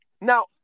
Now